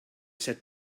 sat